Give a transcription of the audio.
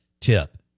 tip